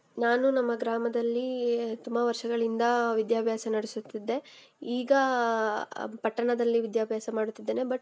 ನಾನು ನಮ್ಮ ಗ್ರಾಮದಲ್ಲಿಯೇ ತುಂಬ ವರ್ಷಗಳಿಂದ ವಿದ್ಯಾಭ್ಯಾಸ ನಡೆಸುತ್ತಿದ್ದೆ ಈಗ ಪಟ್ಟಣದಲ್ಲಿ ವಿದ್ಯಾಭ್ಯಾಸ ಮಾಡುತ್ತಿದ್ದೇನೆ ಬಟ್